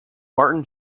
martin